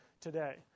today